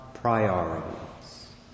priorities